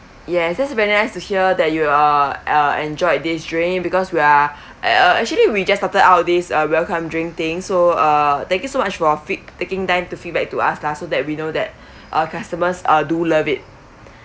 yes that's very nice to hear that you are uh enjoyed these drink because we are uh actually we just started out this uh welcome drink thing so uh thank you so much for feed~ taking time to feedback to us lah so that we know that our customers uh do love it